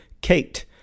Kate